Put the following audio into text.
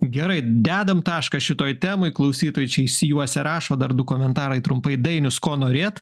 gerai dedam tašką šitoj temoj klausytojai čia išsijuosę rašo dar du komentarai trumpai dainius ko norėt